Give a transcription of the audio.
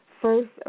first